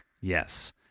Yes